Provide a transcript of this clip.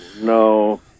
No